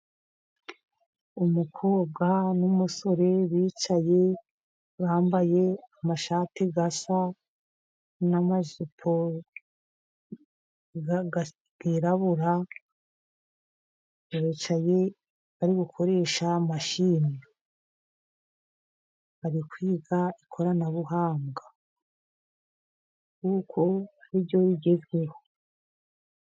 Umukobwa n'umusore ,bicaye bambaye amashati asa n'amajipo yirabura, bicaye bari gukoresha mashini bari kwiga ikoranabuhanga kuko bigezweho.